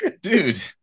Dude